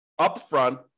upfront